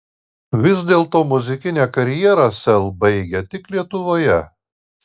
vis dėlto muzikinę karjerą sel baigia tik lietuvoje